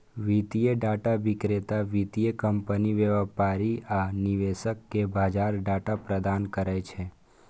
वित्तीय डाटा विक्रेता वित्तीय कंपनी, व्यापारी आ निवेशक कें बाजार डाटा प्रदान करै छै